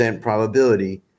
probability